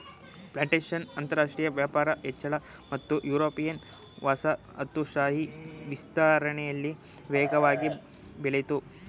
plantation ಅಂತರಾಷ್ಟ್ರ ವ್ಯಾಪಾರ ಹೆಚ್ಚಳ ಮತ್ತು ಯುರೋಪಿಯನ್ ವಸಾಹತುಶಾಹಿ ವಿಸ್ತರಣೆಲಿ ವೇಗವಾಗಿ ಬೆಳಿತು